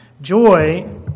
Joy